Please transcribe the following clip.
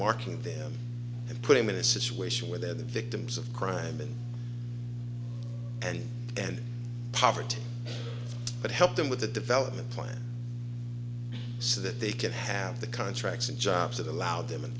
marking them and put them in a situation where they're the victims of crime and and and poverty but help them with the development plan so that they can have the contracts and jobs that allow them an